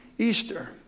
Easter